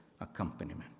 accompaniment